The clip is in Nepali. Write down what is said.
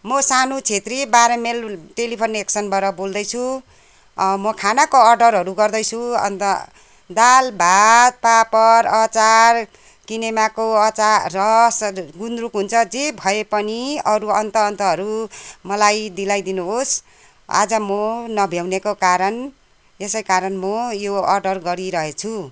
म सानु छेत्री बाह्र माइल टेलिफोन एक्सचेन्जबाट बोल्दैछु म खानाको अर्डरहरू गर्दैछु अन्त दालभात पापड अचार किनेमाको अचार रस गुन्द्रुक हुन्छ जे भए पनि अरू अन्त अन्तहरू मलाई दिलाइदिनु होस् आज म नभ्याउनेको कारण यसै कारण म यो अर्डर गरिरहेछु